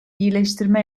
iyileştirme